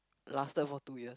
lasted for two years